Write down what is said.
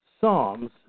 Psalms